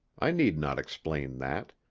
i need not explain that.